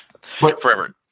Forever